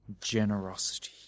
generosity